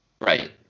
Right